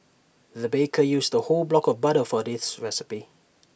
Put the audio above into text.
the baker used the whole block of butter for this recipe